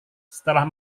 setelah